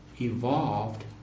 evolved